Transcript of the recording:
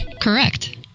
Correct